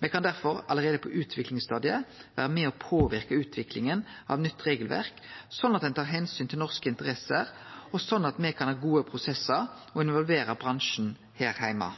Me kan derfor allereie på utviklingsstadiet vere med på å påverke utviklinga av nytt regelverk slik at ein tar omsyn til norske interesser, og slik at me kan ha gode prosessar og involvere bransjen her heime.